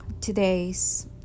Today's